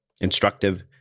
instructive